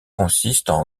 consistent